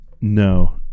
No